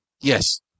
Yes